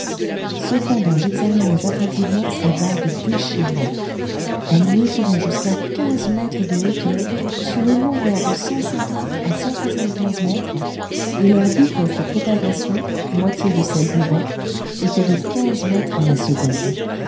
cependant j'examinais attentivement ces vagues déchaînées elles mesuraient jusqu'à quinze mètres de hauteur sur une longueur de cent cinquante a cent soixante-quinze mètres et leur vitesse de propagation moitié de celle du vent était de quinze mètres à la seconde